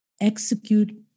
execute